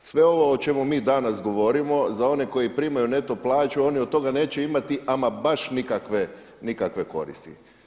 Sve ovo o čemu mi danas govorimo za one koji primaju neto plaću oni od toga neće imati ama baš nikakve koristi.